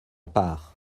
part